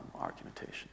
argumentation